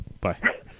Bye